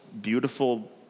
beautiful